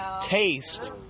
taste